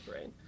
right